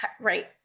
right